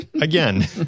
again